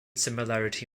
similarity